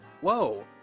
whoa